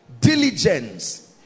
Diligence